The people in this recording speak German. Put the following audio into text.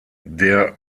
der